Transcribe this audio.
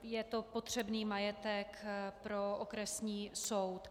Je to potřebný majetek pro okresní soud.